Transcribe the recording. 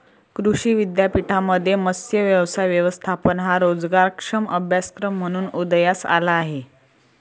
कृषी विद्यापीठांमध्ये मत्स्य व्यवसाय व्यवस्थापन हा रोजगारक्षम अभ्यासक्रम म्हणून उदयास आला आहे